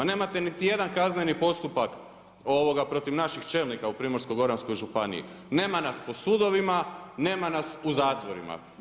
Nemate niti jedan kazneni postupak protiv naših čelnika u Primorsko-goranskoj županiji, nema nas po sudovima, nema nas u zatvorima.